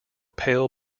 pale